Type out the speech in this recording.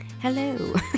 Hello